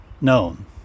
known